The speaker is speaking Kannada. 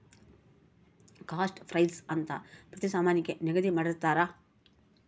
ಕಾಸ್ಟ್ ಪ್ರೈಸ್ ಅಂತ ಪ್ರತಿ ಸಾಮಾನಿಗೆ ನಿಗದಿ ಮಾಡಿರ್ತರ